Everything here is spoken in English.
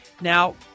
Now